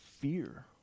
fear